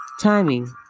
Timing